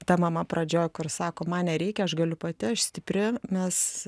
ta mama pradžioj kur sako man nereikia aš galiu pati aš stipri mes